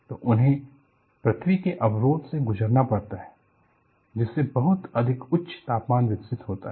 तो उन्हें पृथ्वी के अवरोध से गुजरना पड़ता है जिससे बहुत उच्च तापमान विकसित होता है